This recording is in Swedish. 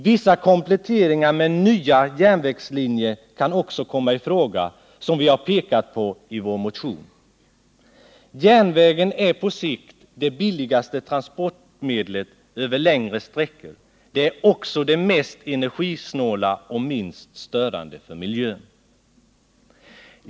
Vissa kompletteringar med nya järnvägslinjer kan också komma i fråga, som vi har pekat på i vår motion. Järnvägen är på sikt det billigaste transportmedlet över längre sträckor, det är också det mest energisnåla och minst störande för miljön.